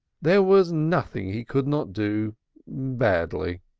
there was nothing he could not do badly.